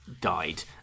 died